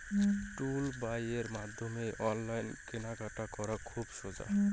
টুলবাইয়ের মাধ্যমত অনলাইন কেনাকাটা করা খুব সোজা